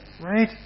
Right